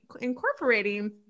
incorporating